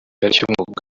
n’igisirikare